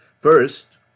First